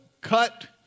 cut